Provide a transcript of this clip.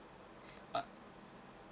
uh